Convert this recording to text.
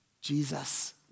Jesus